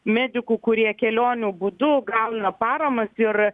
medikų kurie kelionių būdu gauna paramas ir